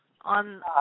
on